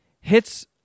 hits